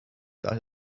that